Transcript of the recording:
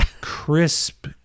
crisp